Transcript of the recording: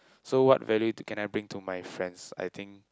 so what value to can I bring to my friends I think